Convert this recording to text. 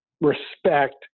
respect